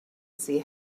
see